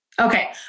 Okay